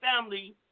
family